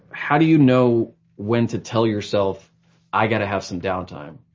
how do you know when to tell yourself i gotta have some down time?